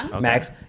Max